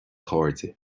chairde